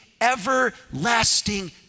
everlasting